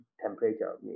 temperature